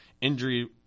injury